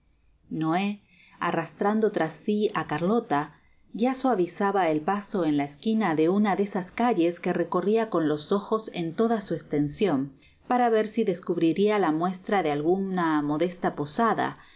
noé arrastrando irás si á carlota ya suavizaba el paso en la esquina de una de esas calles que recorria con los ojos en toda su estension para ver si descubriria la muestra de alguna modesta posada